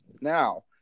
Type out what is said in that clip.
Now